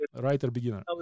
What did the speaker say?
writer-beginner